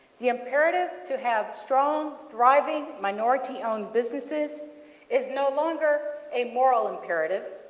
the imperative to have strong thriving minority-owned businesses is no longer a moral imperative,